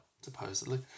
supposedly